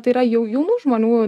tai yra jau jaunų žmonių